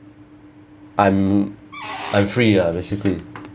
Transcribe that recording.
I'm I'm free ah basically